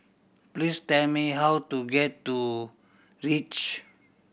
please tell me how to get to Reach